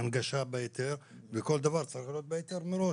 הנגשה בהיתר וכל דבר צריך להיות מראש בהיתר.